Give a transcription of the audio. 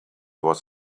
was